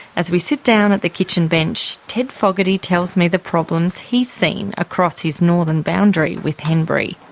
as we sit down at the kitchen bench, ted fogarty tells me the problems he's seen across his northern boundary with henbury.